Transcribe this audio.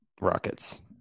Rockets